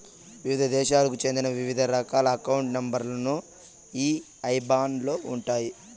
వివిధ దేశాలకు చెందిన వివిధ రకాల అకౌంట్ నెంబర్ లు ఈ ఐబాన్ లో ఉంటాయి